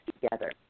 together